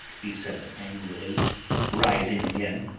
he said, angrily rising again.